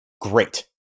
great